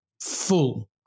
full